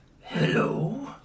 Hello